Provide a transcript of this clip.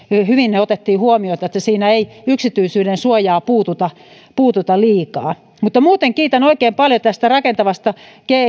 hyvin se otettiin huomioon että siinä ei yksityisyydensuojaan puututa puututa liikaa muuten kiitän oikein paljon tästä rakentavasta